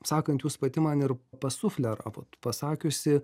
sakant jūs pati man ir pasufleravot pasakiusi